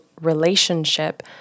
relationship